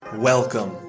Welcome